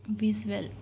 visual